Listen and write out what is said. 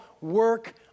work